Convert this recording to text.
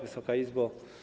Wysoka Izbo!